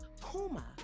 Puma